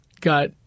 got